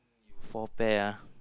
four pair ah